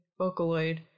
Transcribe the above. Vocaloid